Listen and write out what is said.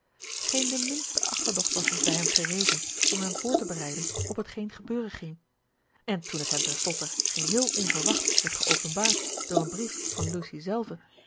geen de minste achterdocht was dus bij hem gerezen om hem voor te bereiden op hetgeen gebeuren ging en toen het hem ten slotte geheel onverwacht werd geopenbaard door een brief van lucy zelve